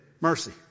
mercy